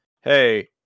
hey